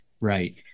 right